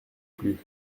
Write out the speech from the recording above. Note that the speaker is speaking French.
plus